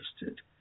interested